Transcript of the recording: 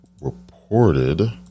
Reported